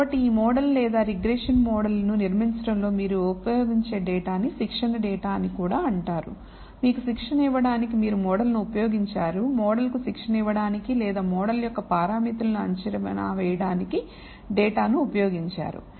కాబట్టి ఈ మోడల్ లేదా రిగ్రెషన్ మోడల్ను నిర్మించడంలో మీరు ఉపయోగించే డేటా ని శిక్షణ డేటా అని కూడా అంటారు మీకు శిక్షణ ఇవ్వడానికి మీరు మోడల్ను ఉపయోగించారు మోడల్కు శిక్షణ ఇవ్వడానికి లేదా మోడల్ యొక్క పారామితులను అంచనా వేయడానికి డేటాను ఉపయోగించారు